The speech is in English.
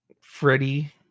Freddie